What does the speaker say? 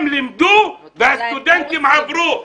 הם לימדו והסטודנטים עברו.